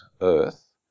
Earth